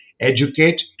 educate